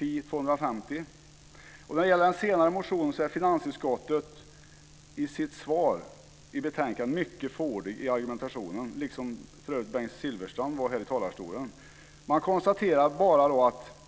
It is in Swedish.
När det gäller den senare motionen är finansutskottet i betänkandet mycket fåordigt i sin argumentation, liksom för övrigt Bengt Silfverstrand var här i talarstolen. Man konstaterar bara att